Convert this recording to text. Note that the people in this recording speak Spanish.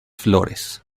flores